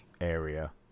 area